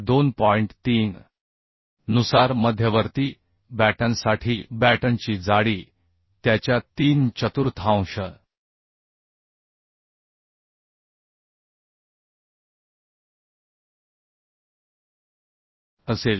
3 नुसार मध्यवर्ती बॅटनसाठी बॅटनची जाडी त्याच्या तीन चतुर्थांश असेल